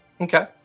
Okay